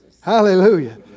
Hallelujah